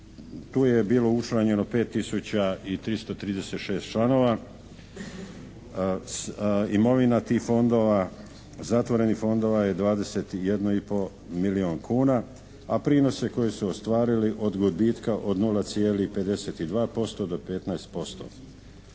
Tu je bilo učlanjeno 5 tisuća i 336 članova. Imovina tih fondova, zatvorenih fondova je 21,5 milijun kuna a prinose koje su ostvarili od …/Govornik se ne